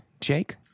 Jake